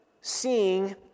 seeing